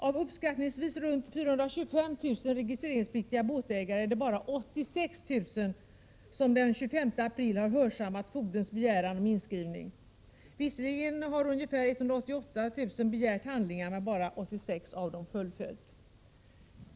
Av uppskattningsvis omkring 425 000 registreringspliktiga båtägare är det bara 86 000 som den 25 april har hörsammat fogdens begäran om inskrivning. Visserligen har ungefär 188 000 begärt handlingar men bara 86 000 fullföljt.